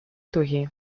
tohi